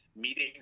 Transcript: meeting